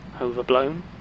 Overblown